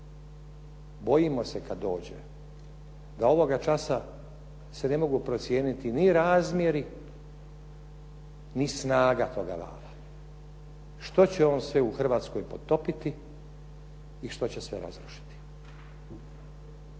Bojimo se kad dođe da ovoga časa se ne mogu procijeniti ni razmjeri, ni snaga toga vala. Što će on sve u Hrvatskoj potopiti i što će sve razrušiti?